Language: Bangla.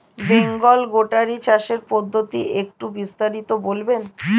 বেঙ্গল গোটারি চাষের পদ্ধতি একটু বিস্তারিত বলবেন?